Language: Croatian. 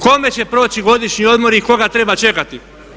Kome će proći godišnji odmori i koga treba čekati.